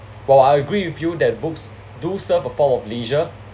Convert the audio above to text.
while I agree with you that books do serve a form of leisure